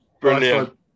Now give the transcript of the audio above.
Brilliant